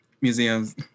Museums